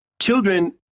children